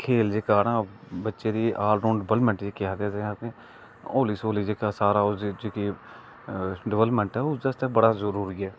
खेल जेहका ना बच्चे दी आलराँउड डिवेल्पमेंट जेहकी के आक्खदे होली सोली जेहका सारा ओहदा जेहकी डिवेल्फमेंट ऐ ओहदे आस्तै बड़ा जरुरी ऐ